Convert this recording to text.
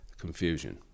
confusion